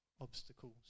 obstacles